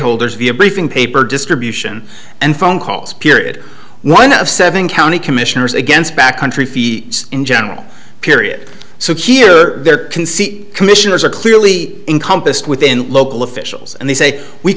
holders via briefing paper distribution and phone calls period one of seven county commissioners against back country feeds in general period so here can see commissioners are clearly encompassed within local officials and they say we